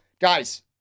guys